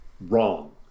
wrong